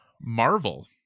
Marvel